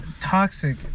toxic